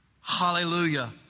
Hallelujah